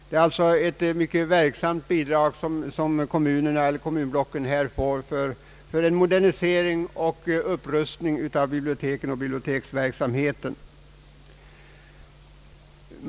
Det är alltså ett mycket verksamt bidrag som kommunblocken får för modernisering och upprustning av biblioteken och biblioteksverksamheten.